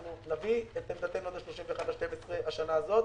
אנחנו נביא את עמדתנו עד ה-31 בדצמבר בשנה זו.